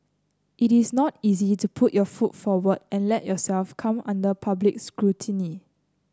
it is not easy to put your foot forward and let yourself come under public scrutiny